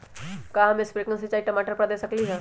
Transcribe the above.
का हम स्प्रिंकल सिंचाई टमाटर पर दे सकली ह?